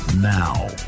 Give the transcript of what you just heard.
now